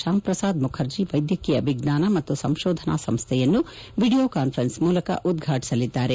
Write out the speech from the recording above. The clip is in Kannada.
ಶ್ಯಾಂ ಪ್ರಸಾದ್ ಮುಖರ್ಜಿ ವೈದ್ಯಕೀಯ ವಿಚ್ಹಾನ ಮತ್ತು ಸಂಶೋಧನಾ ಸಂಶ್ಥೆಯನ್ನು ವಿಡಿಯೋ ಕಾನ್ಫರೆನ್ಸ್ ಮೂಲಕ ಉದ್ಘಾಟಿಸಲಿದ್ದಾರೆ